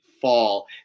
fall